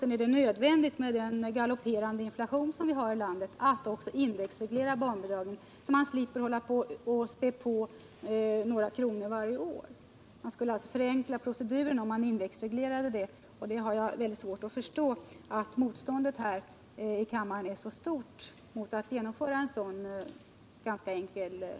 Vidare är det på grund av den galopperande inflation som vi har i landet nödvändigt att också indexreglera barnbidragen, så att vi slipper hålla på att späda på dem med några kronor varje år. Man skulle alltså kunna förenkla proceduren genom att indexreglera dem. Jag har mycket svårt att förstå att motståndet här i kammaren mot att genomföra en så enkel procedur är så stort.